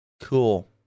Cool